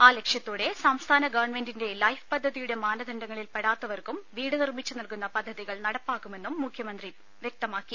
ആ ലക്ഷ്യത്തോടെ സംസ്ഥാന ഗവൺമെന്റിന്റെ ലൈഫ് പദ്ധതിയുടെ മാനദണ്ഡങ്ങളിൽ പെടാത്തവർക്കും വീട് നിർമ്മിച്ചു നൽകുന്ന പദ്ധതികൾ നടപ്പാക്കുമെന്നും മുഖ്യമന്ത്രി വ്യക്തമാക്കി